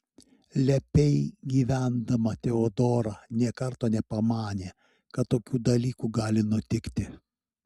lepiai gyvendama teodora nė karto nepamanė kad tokių dalykų gali nutikti